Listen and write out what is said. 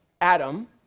Adam